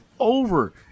over